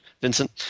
Vincent